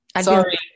Sorry